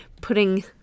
putting